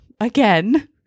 again